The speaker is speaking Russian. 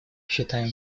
считаем